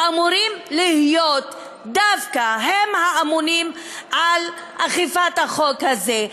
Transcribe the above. שאמורים להיות דווקא הם האמונים על אכיפת החוק הזה?